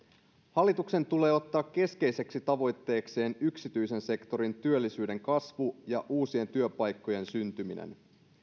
hallituksen tulee ottaa keskeiseksi tavoitteekseen yksityisen sektorin työllisyyden kasvu ja uusien työpaikkojen syntyminen